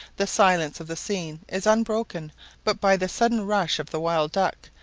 the silence of the scene is unbroken but by the sudden rush of the wild duck,